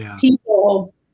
people